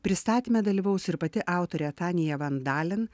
pristatyme dalyvaus ir pati autorė tanya van dalen